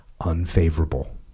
unfavorable